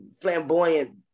flamboyant